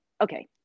okay